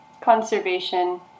conservation